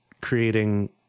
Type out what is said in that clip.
creating